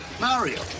Mario